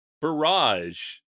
Barrage